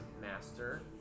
master